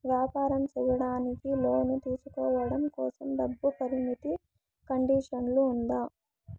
వ్యాపారం సేయడానికి లోను తీసుకోవడం కోసం, డబ్బు పరిమితి కండిషన్లు ఉందా?